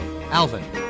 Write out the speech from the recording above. Alvin